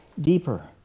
deeper